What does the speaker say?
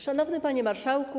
Szanowny Panie Marszałku!